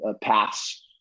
paths